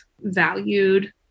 valued